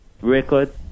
record